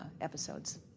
episodes